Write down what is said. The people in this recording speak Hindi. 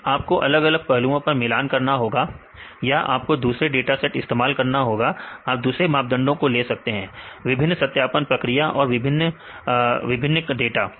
फिर आपको अलग अलग पहलुओं पर मिलान करना होगा या आपको दूसरा डाटा सेट इस्तेमाल करना होगा आप दूसरे मापदंडों को ले सकते हैं विभिन्न सत्यापन प्रक्रिया है और विभिन्न ने डाटा